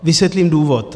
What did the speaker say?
Vysvětlím důvod.